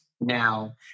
now